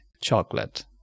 chocolate